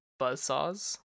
buzzsaws